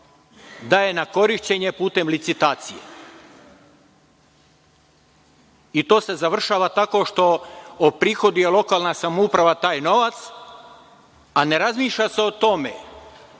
daje na korišćenje putem licitacije. To se završava tako što oprihoduje lokalna samouprava taj novac, a ne razmišlja se o tome